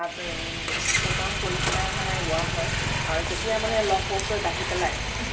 যতন কৰি পেলাই মানে ৰোৱা হয় আৰু যেতিয়া মানে লহপহকৈ বাঢ়ি পেলায়